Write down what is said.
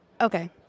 Okay